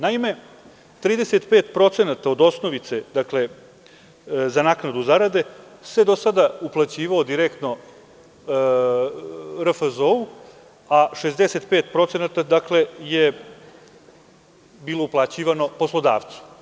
Naime, 35% od osnovice, dakle, za naknadu zarade se do sada uplaćivao direktno RFZ, a 65%, dakle, je bilo uplaćivano poslodavcu.